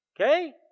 Okay